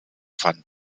fanden